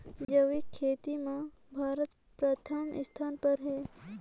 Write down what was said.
जैविक खेती म भारत प्रथम स्थान पर हे